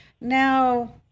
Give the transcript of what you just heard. Now